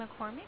McCormick